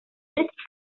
prezzi